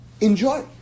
enjoy